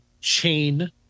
chain